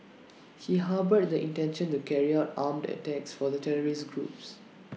he harboured the intention to carry out armed attacks for the terrorist group